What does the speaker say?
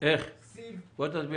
אדוני היושב-ראש,